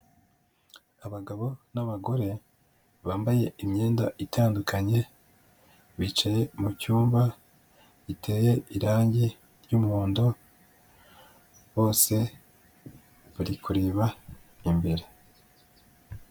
Abagabo n'abagore bambaye imyenda itandukanye bicaye mucyumba giteye irangi ry'umuhondo bose bari kureba imbere.